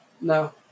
No